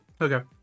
Okay